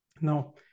No